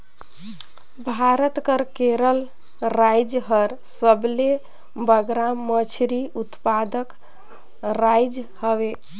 भारत कर केरल राएज हर सबले बगरा मछरी उत्पादक राएज हवे